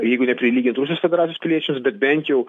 jeigu neprilygint rusijos federacijos piliečiams bet bent jau